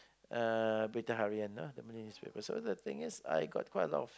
uh Berita-Harian ah the Malay newspaper so the thing is I got quite a lot of